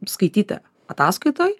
skaityti ataskaitoj